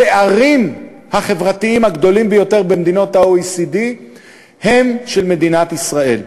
הפערים החברתיים הגדולים ביותר בקרב מדינות ה-OECD הם של מדינת ישראל.